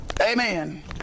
Amen